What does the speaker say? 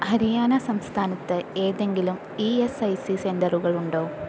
ഹരിയാന സംസ്ഥാനത്ത് ഏതെങ്കിലും E S I C സെൻ്ററുകൾ ഉണ്ടോ